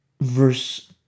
Verse